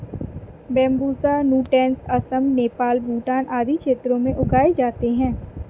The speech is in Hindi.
बैंम्बूसा नूटैंस असम, नेपाल, भूटान आदि क्षेत्रों में उगाए जाते है